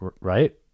right